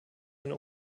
eine